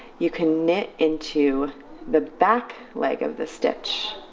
you can knit into the back leg of the stitch.